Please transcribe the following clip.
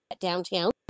downtown